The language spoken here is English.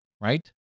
Right